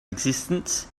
existence